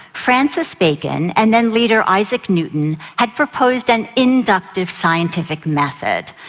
francis bacon and then, later, isaac newton, had proposed an inductive scientific method.